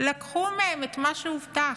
לקחו מהם את מה שהובטח.